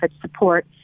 support